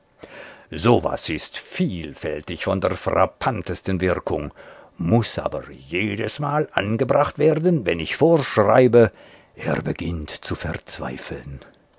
so was ist vielfältig von der frappantesten wirkung muß aber jedesmal angebracht werden wenn ich vorschreibe er beginnt zu verzweifeln